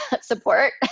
support